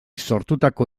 sortutako